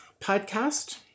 podcast